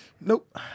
Nope